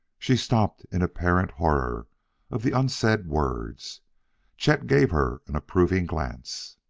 she stopped in apparent horror of the unsaid words chet gave her an approving glance.